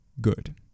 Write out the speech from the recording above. good